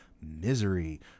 Misery